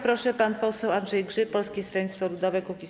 Proszę, pan poseł Andrzej Grzyb, Polskie Stronnictwo Ludowe - Kukiz15.